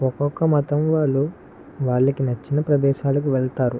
ఒక్కొక్క మతం వాళ్ళు వాళ్ళకి నచ్చిన ప్రదేశాలకు వెళతారు